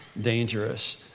dangerous